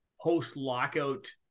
post-lockout